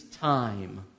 time